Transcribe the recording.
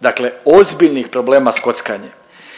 Dakle ozbiljnih problema s kockanjem